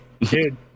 Dude